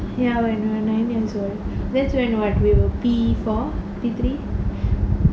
ya when we are nine years old that's when what we were P four P three